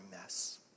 mess